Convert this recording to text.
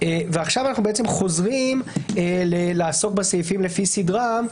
ועכשיו אנחנו חוזרים לעסוק בסעיפים לפי סדרם,